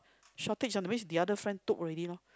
shortage ah that means the other friend took already loh